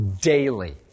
daily